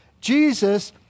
Jesus